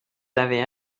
avez